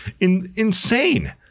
insane